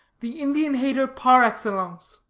the indian-hater par excellence